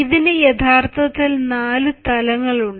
ഇതിനു യഥാർത്ഥത്തിൽ നാല് തലങ്ങളുണ്ട്